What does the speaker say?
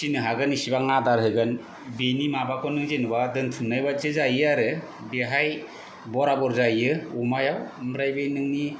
फिनो हागोन इसिबां आदार होगोन बिनि माबाखौ नों जेन'बा दोनथुमनाय बायदि जायो आरो बेहाय बराबर जायो अमायाव ओमफ्राय बे नोंनि